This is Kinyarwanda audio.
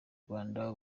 rwanda